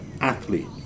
athlete